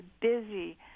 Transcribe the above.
busy